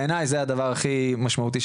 בעיניי זה הדבר הכי משמעותי,